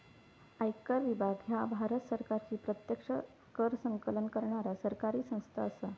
आयकर विभाग ह्या भारत सरकारची प्रत्यक्ष कर संकलन करणारा सरकारी संस्था असा